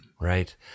Right